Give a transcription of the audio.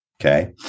Okay